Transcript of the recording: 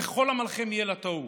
וכל עמלכם יהיה לתוהו.